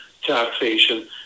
taxation